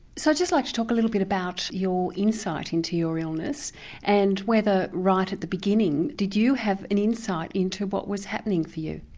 so just like to talk a little bit about your insight into your illness and whether right at the beginning did you have an insight into what was happening to you?